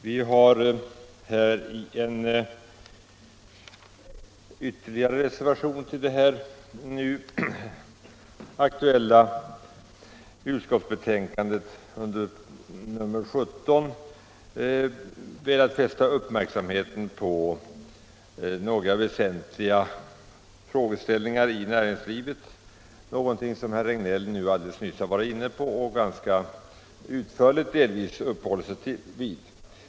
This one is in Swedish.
Vi har i ytterligare en reservation — med nr 17 — till det nu aktuella utskottsbetänkandet velat fästa uppmärksamheten på några väsentliga frågeställningar inom näringslivet, något som herr Regnéll nyss varit inne på och delvis ganska utförligt uppehållit sig vid.